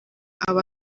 aba